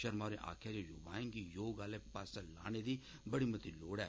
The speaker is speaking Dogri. शर्मा होरें आक्खेआ जे युवाएं गी योग आहले पास्सै लाने दी बड़ी मती लोड़ ऐ